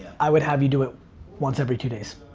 i would have you do it once every two days.